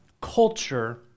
culture